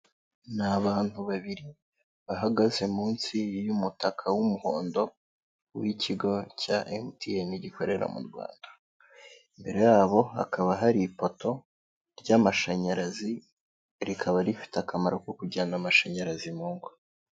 Ni abantu babiri bahagaze munsi y'umutaka w'umuhondo w'ikigo cya MTN gikorera mu Rwanda, imbere yabo hakaba hari ipoto ry'amashanyarazi rikaba rifite akamaro ko kujyana amashanyarazi mu ngo.